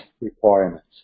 requirements